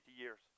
years